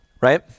right